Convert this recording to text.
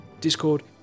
Discord